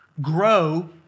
grow